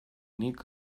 nik